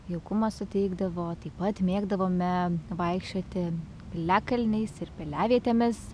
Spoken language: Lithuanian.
jaukumo suteikdavo taip pat mėgdavome vaikščioti piliakalniais ir piliavietėmis